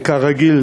וכרגיל,